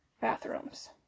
bathrooms